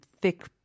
thick